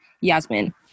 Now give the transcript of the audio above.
Yasmin